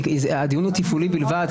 הדיון הוא תפעולי בלבד.